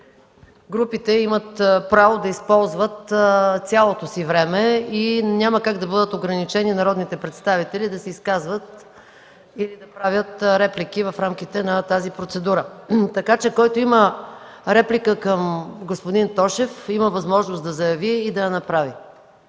групите имат право да използват цялото си време и няма как народните представители да бъдат ограничени да се изказват или да правят реплики в рамките на тази процедура. Който има реплика към господин Тошев, има възможност да заяви и да я направи.